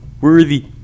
Worthy